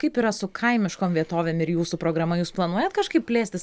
kaip yra su kaimiškom vietovėm ir jūsų programa jūs planuojat kažkaip plėstis